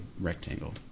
rectangle